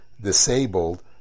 disabled